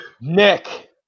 Nick